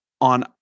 on